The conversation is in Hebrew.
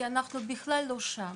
כי אנחנו בכלל לא שם.